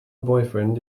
boyfriend